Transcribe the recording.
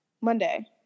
Monday